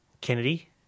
Kennedy